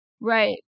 Right